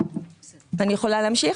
אני יכולה להמשיך?